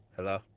Hello